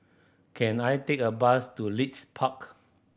can I take a bus to Leith Park